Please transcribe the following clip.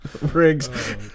Riggs